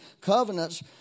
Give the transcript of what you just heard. covenants